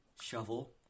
Shovel